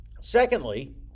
Secondly